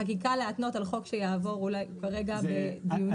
נכון אבל בחקיקה להתנות על חוק שיעבור אולי ברגע דיונים.